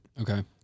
Okay